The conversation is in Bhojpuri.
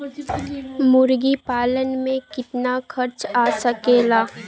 मुर्गी पालन में कितना खर्च आ सकेला?